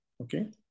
Okay